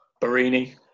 barini